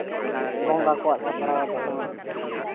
ᱵᱚᱸᱜᱟ ᱠᱚᱣᱟᱜ ᱥᱟᱯᱲᱟᱣ ᱡᱟᱦᱟᱸ